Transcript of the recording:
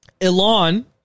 Elon